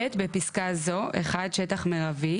(ב) בפסקה זו - (1) "שטח מירבי"